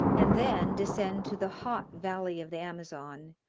and then descend to the hot valley of the amazon,